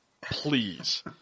please